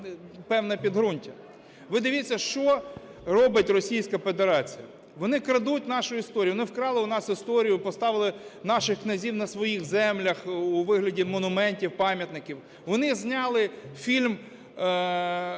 певне підґрунтя. Ви дивіться, що робить Російська Федерація: вони крадуть нашу історію, вони вкрали у нас історію і поставили наших князів на своїх землях у вигляді монументів, пам'ятників, вони зняли фільм